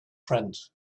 friend